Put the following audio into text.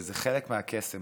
וזה חלק מהקסם.